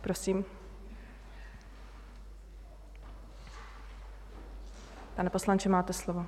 Prosím, pane poslanče, máte slovo.